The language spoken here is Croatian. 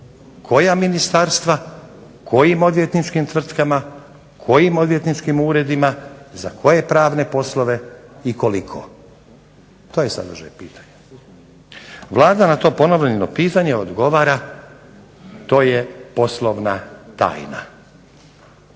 koja ministarstva kojim odvjetničkim tvrtkama, uredima za koje pravne poslove i koliko, to je sadržaj pitanja. Vlada na to ponovljeno pitanje odgovara to je poslovna tajna.